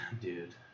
dude